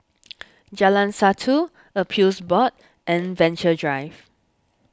Jalan Satu Appeals Board and Venture Drive